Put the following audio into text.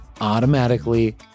automatically